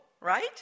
right